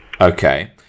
Okay